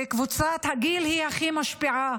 וקבוצת הגיל היא הכי משפיעה